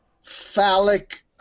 phallic